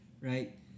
right